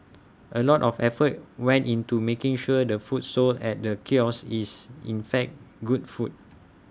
A lot of effort went into making sure the food sold at the kiosk is in fact good food